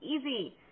easy